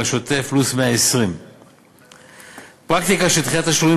שוטף פלוס 120. פרקטיקה של דחיית תשלומים